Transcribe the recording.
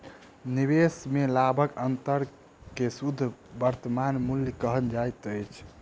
निवेश में लाभक अंतर के शुद्ध वर्तमान मूल्य कहल जाइत अछि